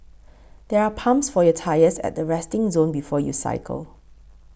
there are pumps for your tyres at the resting zone before you cycle